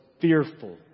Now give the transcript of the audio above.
fearful